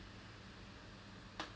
but இங்கே:ingae